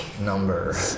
number